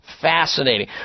fascinating